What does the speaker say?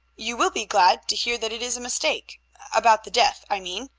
you will be glad to hear that it is a mistake about the death, i mean.